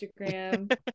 Instagram